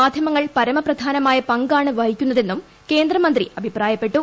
മാധ്യമങ്ങൾ പരമപ്രധാനമായ പങ്കാണ് വഹിക്കുന്നതെന്നും കേന്ദ്രമന്ത്രി അഭിപ്രായപ്പെട്ടു